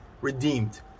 redeemed